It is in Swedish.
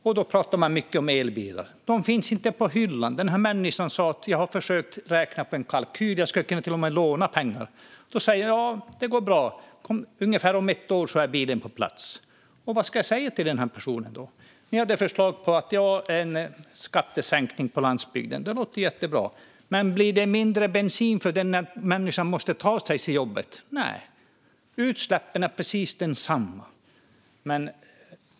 Man pratar mycket om elbilar. De finns inte på hyllan. Den här människan sa: Jag har försökt göra en kalkyl - jag skulle till och med kunna låna pengar. Då säger man: Ja, det går bra - om ungefär ett år är bilen på plats. Vad ska jag säga till den här personen? Ni hade förslag om en skattesänkning på landsbygden, Lorentz. Det låter jättebra. Men krävs det mindre bensin för att den här människan ska kunna ta sig till jobbet? Nej - utsläppen blir precis desamma.